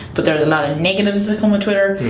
but there is a lot of negatives that come with twitter.